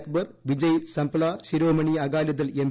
Akbar Vijay Sampla Shiromani Akali Dal M